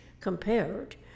Compared